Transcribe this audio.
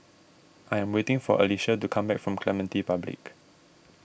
I am waiting for Alysha to come back from Clementi Public